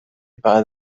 بعد